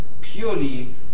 purely